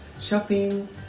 shopping